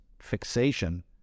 fixation